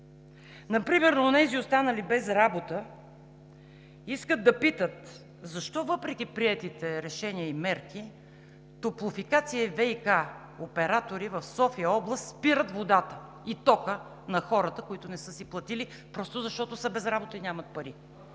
Например онези, останали без работа, искат да питат защо въпреки приетите решения и мерки „Топлофикация“ и ВиК оператори в София област спират водата и тока на хората, които не са си платили просто защото са без работа и нямат пари?!